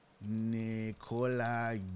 Nikola